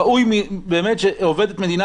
ראוי שעובדת מדינה,